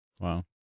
Wow